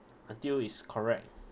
until is correct